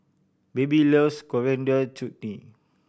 baby loves Coriander Chutney